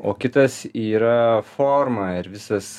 o kitas yra forma ir visas